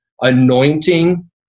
anointing